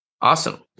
Awesome